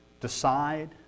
decide